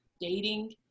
dating